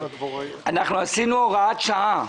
אנחנו עשינו הוראת שעה